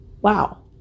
wow